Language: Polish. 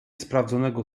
sprawdzonego